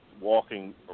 walking